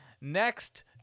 Next